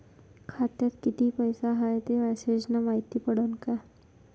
खात्यात किती पैसा हाय ते मेसेज न मायती पडन का?